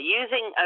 using